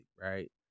right